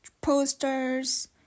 posters